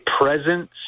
presence